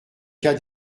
cas